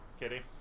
Kitty